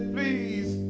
Please